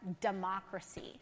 democracy